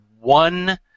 one